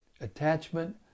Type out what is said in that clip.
Attachment